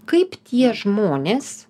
kaip tie žmonės